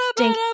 ding